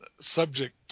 subject